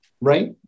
right